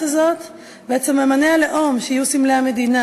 הזאת ואת סממני הלאום שיהיו סמלי המדינה,